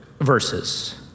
verses